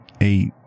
eight